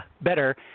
better